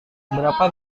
berapa